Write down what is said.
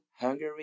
Hungary